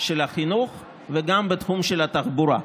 של החינוך וגם בתחום של התחבורה.